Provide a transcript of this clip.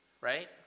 right